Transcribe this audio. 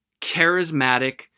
charismatic